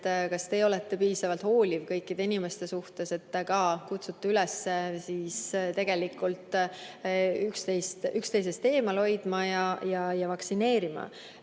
kas teie olete piisavalt hooliv kõikide inimeste suhtes, et te ka kutsute üles tegelikult üksteisest eemale hoidma ja vaktsineerima.